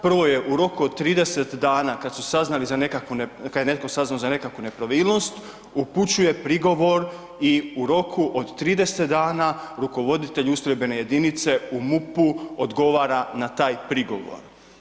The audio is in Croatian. Prvo je u roku od 30 dana kada je netko saznao za nekakvu nepravilnost, upućuje prigovor i u roku od 30 dana rukovoditelj ustrojbene jedinice u MUP-u odgovara na taj prigovor.